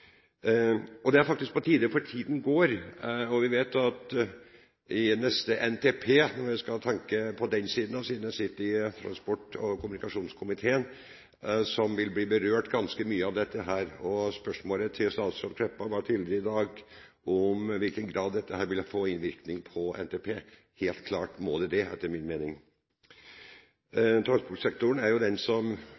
verk. Det er faktisk på tide, for tiden går. Vi vet at neste NTP – om en skal tenke på den siden, siden jeg sitter i transport- og kommunikasjonskomiteen – vil bli berørt ganske mye av dette. Spørsmålet til statsråd Kleppa var tidligere i dag i hvilken grad dette vil få innvirkning på NTP. Helt klart må det det, etter min mening.